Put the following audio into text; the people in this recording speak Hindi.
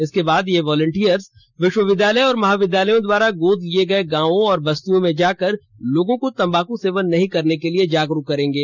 इसके बाद ये वोलेंटियर्स विश्वविद्यालयों और महाविद्यालयों द्वारा गोद लिए गए गांवों और बस्तियों में जाकर लोगों को तंबाकु सेवन नहीं करने के लिए जागरूक करेंगे